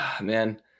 man